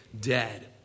dead